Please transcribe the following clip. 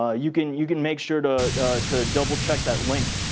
ah you can you can make sure to to double-check that link.